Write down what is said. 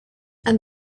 and